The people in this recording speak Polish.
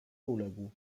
uległ